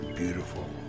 beautiful